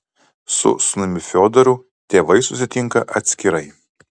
su sūnumi fiodoru tėvai susitinka atskirai